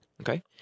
Okay